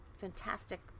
fantastic